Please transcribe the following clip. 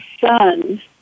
son